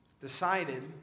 decided